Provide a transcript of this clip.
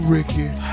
Ricky